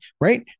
right